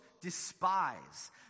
despise